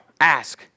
ask